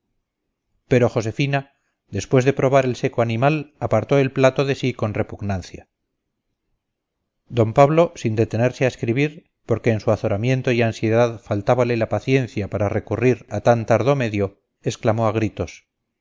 pero josefina después de probar el seco animal apartó el plato de sí con repugnancia d pablo sin detenerse a escribir porque en su azoramiento y ansiedad faltábale la paciencia para recurrir a tan tardo medio exclamó a gritos